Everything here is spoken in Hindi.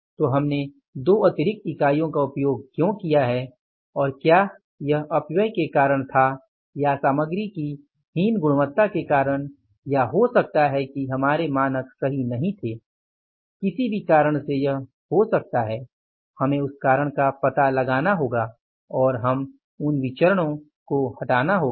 तो हमने 2 अतिरिक्त इकाइयों का उपयोग क्यों किया है और क्या यह अपव्यय के कारण था या सामग्री की हीन गुणवत्ता के कारण या हो सकता है कि हमारे मानक सही नहीं थे किसी भी कारण से यह हो सकता है हमें उस कारण का पता लगाना होगा और हम उन विचरणों को हटाना होगा